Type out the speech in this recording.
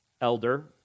elder